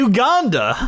Uganda